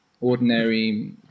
ordinary